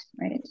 Right